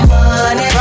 Money